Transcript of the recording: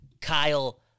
Kyle